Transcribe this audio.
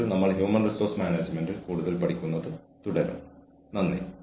കൂടാതെ human resource മാനേജ്മെന്റിൽ നമ്മൾ ചർച്ച ചെയ്തവ വരാനിരിക്കുന്ന സെഷനിൽ പൂർത്തിയാക്കാൻ ശ്രമിക്കും